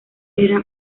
era